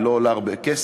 היא לא עולה הרבה כסף,